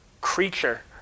creature